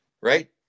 right